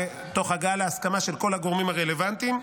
תוך הגעה להסכמה של כל הגורמים הרלוונטיים,